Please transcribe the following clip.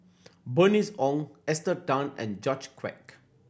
Bernice Ong Esther Tan and George Quek